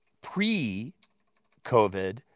pre-COVID